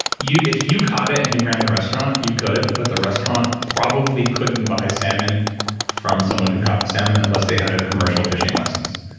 if you caught it and you ran the restaurant, you could, but the restaurant probably couldn't buy salmon from someone who caught the salmon unless they had a commercial fishing license.